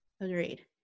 Agreed